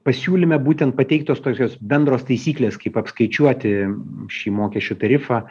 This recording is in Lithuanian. pasiūlyme būtent pateiktos tokios bendros taisyklės kaip apskaičiuoti šį mokesčių tarifą